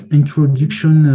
introduction